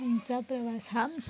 आमचा प्रवास हा